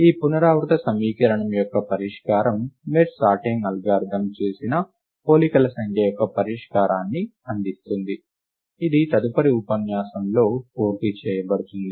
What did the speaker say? ఈ పునరావృత సమీకరణం యొక్క పరిష్కారం మెర్జ్ సార్టింగ్ అల్గోరిథం ద్వారా చేసిన పోలికల సంఖ్య యొక్క పరిష్కారాన్ని అందిస్తుంది ఇది తదుపరి ఉపన్యాసంలో పూర్తి చేయబడుతుంది